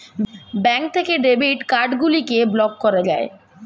bank থেকে debit card গুলিকে block করা যায়